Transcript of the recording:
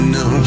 no